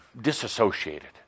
disassociated